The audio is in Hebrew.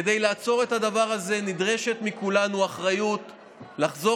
כדי לעצור את הדבר הזה נדרשת מכולנו אחריות לחזור